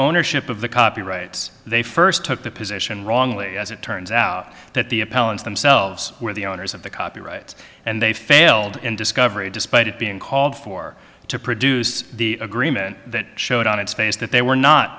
ownership of the copyrights they first took the position wrongly as it turns out that the appellant themselves were the owners of the copyrights and they failed in discovery despite it being called for to produce the agreement that showed on its face that they were not